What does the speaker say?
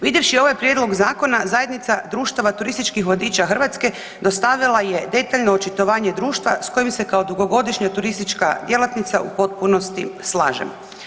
Vidjevši ovaj prijedlog zakona Zajednica društava turističkih vodiča Hrvatske dostavila je detaljno očitovanje društva s kojim se kao dugogodišnja turistička djelatnica u potpunosti slažem.